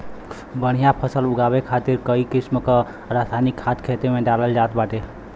बढ़िया फसल उगावे खातिर कई किसिम क रासायनिक खाद खेते में डालल जात बाटे